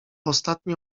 ostatnie